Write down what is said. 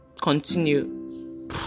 continue